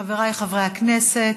חבריי חברי הכנסת,